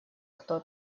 кто